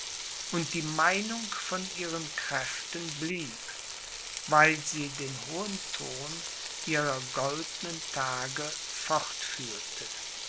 und die meinung von ihren kräften blieb weil sie den hohen ton ihrer goldnen tage